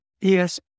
Yes